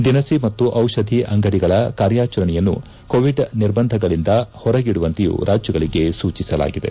ದಿನಸಿ ಮತ್ತು ಡಿಷಧಿ ಅಂಗಡಿಗಳ ಕಾರ್ಯಾಚರಣೆಯನ್ನು ಕೋವಿಡ್ ನಿರ್ಬಂಧಗಳಿಂದ ಹೊರಗಿಡುವಂತೆಯೂ ರಾಜ್ಯಗಳಗೆ ಸೂಚಿಸಲಾಗಿದೆ